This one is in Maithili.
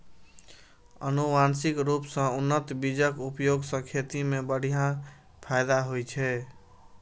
आनुवंशिक रूप सं उन्नत बीजक उपयोग सं खेती मे बढ़िया फायदा होइ छै